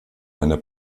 einer